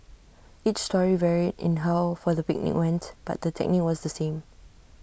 each story varied in how far the picnic went but the technique was the same